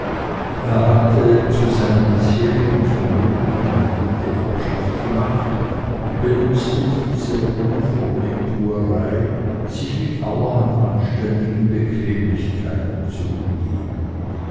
er hatte zu seinem bisherigen vermögen noch eine gute erbschaft gemacht und benutzte diese ohne vornehmtuerei sich mit allerhand anständigen bequemlichkeiten zu umgeben